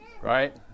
right